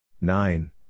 Nine